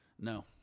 no